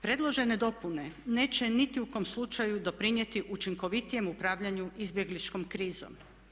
Predložene dopune neće niti u kojem slučaju doprinijeti učinkovitijem upravljanju izbjegličkom krizom.